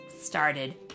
started